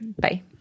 Bye